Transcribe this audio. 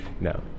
No